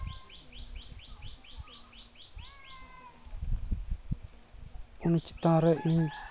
ᱩᱱᱤ ᱪᱮᱛᱟᱱ ᱨᱮ ᱤᱧ